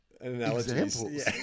examples